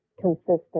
consistent